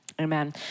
Amen